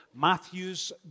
Matthew's